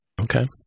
Okay